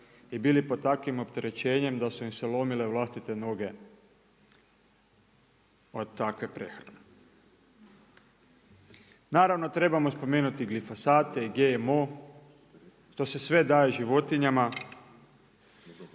i bili pod takvim opterećenjem da su im se lomile vlastite noge od takve prehrane. Naravno trebamo spomenuti i glifosate i GMO, to se sve daje životinjama,